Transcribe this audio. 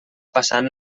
passant